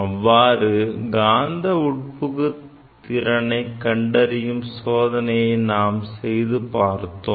அவ்வாறு காந்த உட்புகு திறன் கண்டறியும் சோதனையை நாம் செய்து பார்த்தோம்